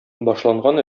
башлаган